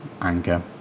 anchor